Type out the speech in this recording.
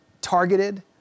targeted